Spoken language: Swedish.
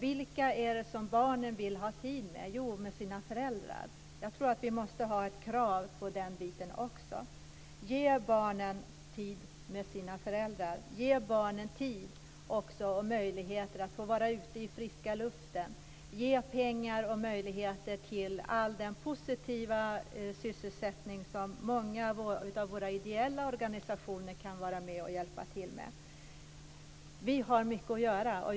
Vilka är det som barnen vill ha tid med? Jo, med sina föräldrar. Jag tror att vi måste ha ett krav också på den biten. Ge barnen tid med sina föräldrar. Ge barnen tid och också möjligheter att få vara ute i friska luften. Ge pengar och möjligheter till all den positiva sysselsättning som många av våra ideella organisationer kan vara med och hjälpa till med. Vi har mycket att göra.